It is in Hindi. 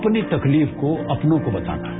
अपनी तकलीफ को अपनों को बताना है